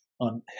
on